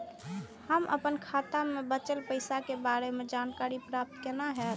हम अपन खाता में बचल पैसा के बारे में जानकारी प्राप्त केना हैत?